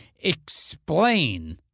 explain—